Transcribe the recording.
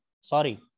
Sorry